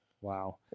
Wow